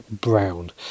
brown